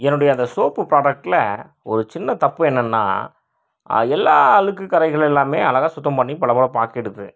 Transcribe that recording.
என்னுடைய அந்த சோப்பு ப்ராடக்டில் ஒரு சின்ன தப்பு என்னன்னால் எல்லா அழுக்கு கறைகள் எல்லாமே அழகாக சுத்தம் பண்ணி பளபளப்பாக்கிடுது